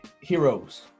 heroes